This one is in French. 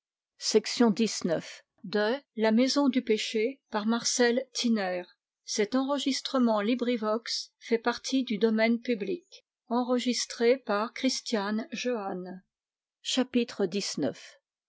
à la maison du